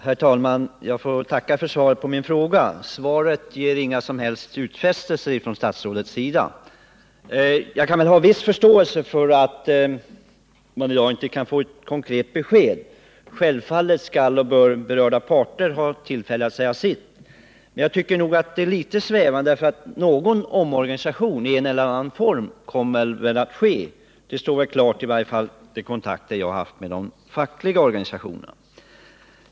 Herr talman! Jag får tacka för svaret på min fråga. Men statsrådet ger inga som helst utfästelser i svaret. Jag haren viss förståelse för att jag i dag inte kan få något konkret besked — självfallet skall och bör berörda parter först ha tillfälle att säga sitt — men jag tycker att svaret ändå är litet för svävande. Någon omorganisation i en eller annan form kommer väl att företas; det står klart, i varje fall genom de kontakter jag haft med de fackliga organisationerna.